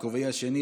בכובעי השני,